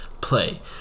play